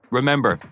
Remember